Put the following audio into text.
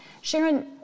Sharon